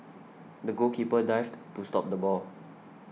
the goalkeeper dived to stop the ball